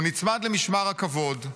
הוא נצמד למשמר הכבוד,